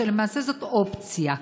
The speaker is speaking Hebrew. שלמעלה זאת אופציה: